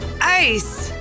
Ice